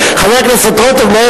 ואתה חושב שאתה, והחוכמה היא שלך.